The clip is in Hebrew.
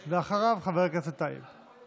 ואחריו, חבר הכנסת טייב.